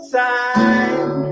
time